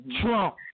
Trump